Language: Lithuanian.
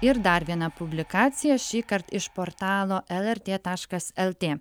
ir dar viena publikacija šįkart iš portalo lrt taškas lt